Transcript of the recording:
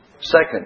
second